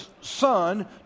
Son